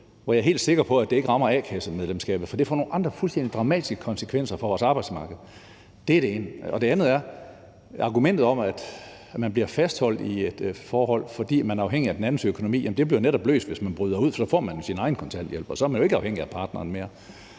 hvor jeg er helt sikker på, at det ikke rammer a-kassemedlemskabet, for det får nogle andre fuldstændig dramatiske konsekvenser for vores arbejdsmarked. Det er det ene. Det andet er, at problemet med, at man bliver fastholdt i et forhold, fordi man er afhængig af den andens økonomi, bliver netop løst, hvis man bryder ud, for så får man jo sin egen kontanthjælp, og så er man jo ikke afhængig af partneren mere.